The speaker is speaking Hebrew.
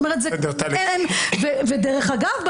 ודרך אגב,